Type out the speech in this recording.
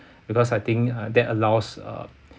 because I think uh that allows uh